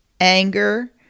anger